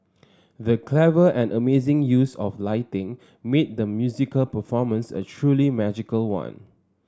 the clever and amazing use of lighting made the musical performance a truly magical one